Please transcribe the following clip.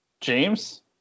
James